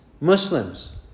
Muslims